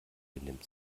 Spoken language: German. benimmt